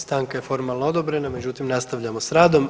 Stanka je formalno odobrena, međutim, nastavljamo s radom.